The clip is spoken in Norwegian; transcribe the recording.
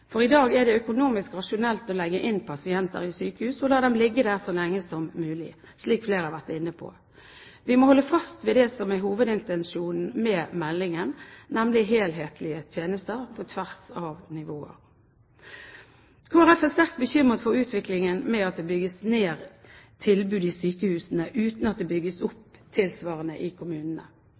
ansvar. I dag er det økonomisk rasjonelt å legge inn pasienter i sykehus og la dem ligge der så lenge som mulig, slik flere har vært inne på. Vi må holde fast ved det som er hovedintensjonen med reformen, nemlig helhetlige helsetjenester, på tvers av nivåer. Kristelig Folkeparti er sterkt bekymret for utviklingen med at det bygges ned tilbud i sykehusene uten at det bygges opp tilsvarende i kommunene.